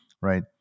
right